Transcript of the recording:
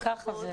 ‏אין מסיבות.